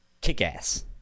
kick-ass